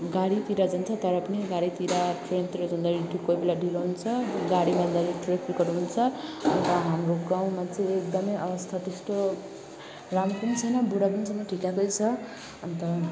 गाडीतिर जान्छ तर पनि गाडीतिर ट्रेनतिर जाँदाखेरि डु कोही बेला ढिलो हुन्छ गाडीमा जाँदा ट्राफिकहरू हुन्छ अन्त हाम्रो गाउँमा चाहिँ एकदमै अवस्था त्यस्तो राम्रो पनि छैन बुरा पनि छैन ठिककै छ अन्त